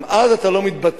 גם אז אתה לא מתבטל,